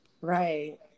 right